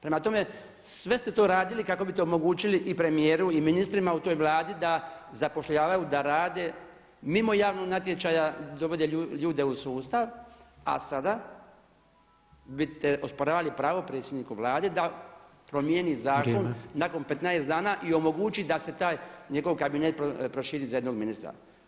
Prema tome, sve ste to radili kako biste omogućili i premijeru i ministrima u toj Vladi da zapošljavaju da rade mimo javnog natječaja, dovode ljude u sustav a sada biste osporavali pravo predsjedniku Vlade da promijeni zakon nakon 15 dana i omogući da se taj njegov kabinet proširi za jednog ministra.